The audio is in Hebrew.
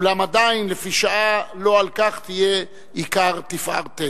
אולם עדיין, לפי שעה, לא על כך תהיה עיקר תפארתנו.